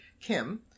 Kim